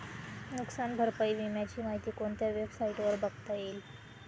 नुकसान भरपाई विम्याची माहिती कोणत्या वेबसाईटवर बघता येईल?